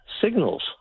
signals